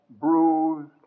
bruised